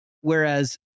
Whereas